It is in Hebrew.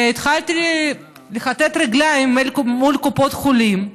התחלתי לכתת רגליים בקופות החולים.